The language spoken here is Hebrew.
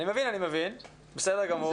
אני מבין, בסדר גמור.